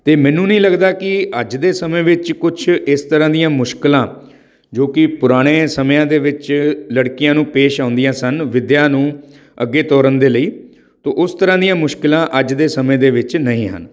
ਅਤੇ ਮੈਨੂੰ ਨਹੀਂ ਲੱਗਦਾ ਕਿ ਅੱਜ ਦੇ ਸਮੇਂ ਵਿੱਚ ਕੁਛ ਇਸ ਤਰ੍ਹਾਂ ਦੀਆਂ ਮੁਸ਼ਕਿਲਾਂ ਜੋ ਕਿ ਪੁਰਾਣਿਆਂ ਸਮਿਆਂ ਦੇ ਵਿੱਚ ਲੜਕੀਆਂ ਨੂੰ ਪੇਸ਼ ਆਉਂਦੀਆਂ ਸਨ ਵਿੱਦਿਆ ਨੂੰ ਅੱਗੇ ਤੋਰਨ ਦੇ ਲਈ ਤਾਂ ਉਸ ਤਰ੍ਹਾਂ ਦੀਆਂ ਮੁਸ਼ਕਿਲਾਂ ਅੱਜ ਦੇ ਸਮੇਂ ਦੇ ਵਿੱਚ ਨਹੀਂ ਹਨ